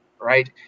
right